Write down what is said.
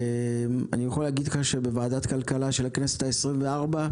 אני יכול להגיד לך שבוועדת כלכלה של הכנסת ה-24,